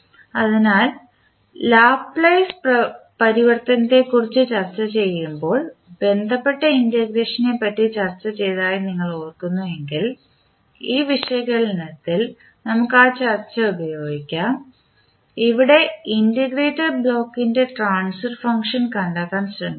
അതിനാൽ ലാപ്ലേസ് പരിവർത്തനത്തെക്കുറിച്ച് ചർച്ചചെയ്യുമ്പോൾ ബന്ധപ്പെട്ട ഇൻറ്റഗ്രേഷനെ പറ്റി ചർച്ച ചെയ്തതായി നിങ്ങൾ ഓർക്കുന്നുവെങ്കിൽ ഈ വിശകലനത്തിൽ നമുക്ക് ആ ചർച്ച ഉപയോഗിക്കാം ഇവിടെ ഇന്റഗ്രേറ്റർ ബ്ലോക്കിൻറെ ട്രാൻസ്ഫർ ഫംഗ്ഷൻ കണ്ടെത്താൻ ശ്രമിക്കുന്നു